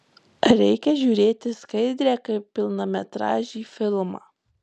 ar reikia žiūrėti skaidrę kaip pilnametražį filmą